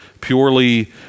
purely